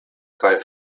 kaj